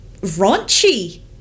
raunchy